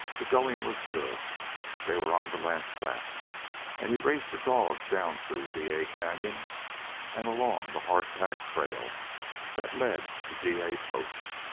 the going was good they were on the last lap and he raced the dogs down through dyea canon and along the hard-packed trail that led to dyea post.